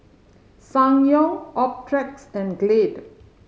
Ssangyong Optrex and Glade